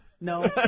No